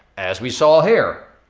as we saw here.